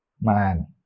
Man